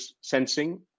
sensing